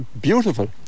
beautiful